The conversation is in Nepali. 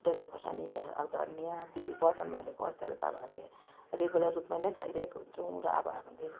डल्ले खोर्सानी अब धनियाँ तिल बदम हालेको अचारहरू त हामीले रेगुलर रूपमा नै खाइरहेको हुन्छौँ र अब हामीहरूले